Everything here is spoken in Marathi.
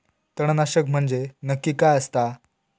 तणनाशक म्हंजे नक्की काय असता?